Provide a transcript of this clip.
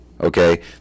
okay